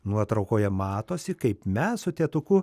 nuotraukoje matosi kaip mes su tėtuku